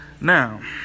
Now